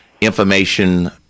information